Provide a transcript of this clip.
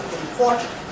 important